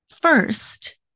first